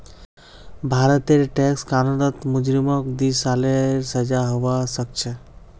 भारतेर टैक्स कानूनत मुजरिमक दी सालेर सजा हबा सखछे